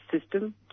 system